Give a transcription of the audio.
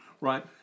right